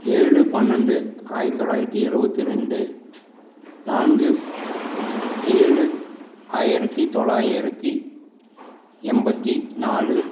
ஏழு பன்னெண்டு ஆயிரத்தி தொள்ளாயிரத்தி எழுவத்தி ரெண்டு நான்கு ஏழு ஆயிரத்தி தொள்ளாயிரத்தி எண்பத்தி நாலு